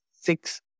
six